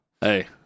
Hey